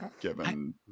Given